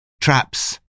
traps